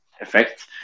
effect